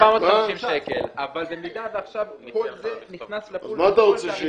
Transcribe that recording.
אבל במידה ועכשיו כל זה נכנס --- תעריף